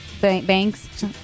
Banks